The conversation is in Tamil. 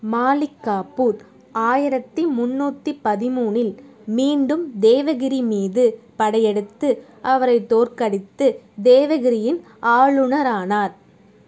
மாலிக் காஃபூர் ஆயிரத்து முன்னூற்றி பதிமூனில் மீண்டும் தேவகிரி மீது படையெடுத்து அவரைத் தோற்கடித்து தேவகிரியின் ஆளுநரானார்